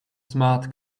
smart